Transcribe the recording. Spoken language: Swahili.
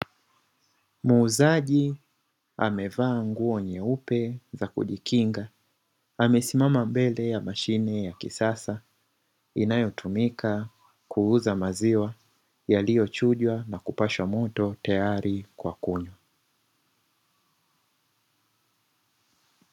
Muuzaji amevaa nguo nyeupe za kujikinga amesimama mbele ya mashine ya kisasa, inayotumika kuuza maziwa yaliyochujwa na kupashwa moto tayari kwa kunywa.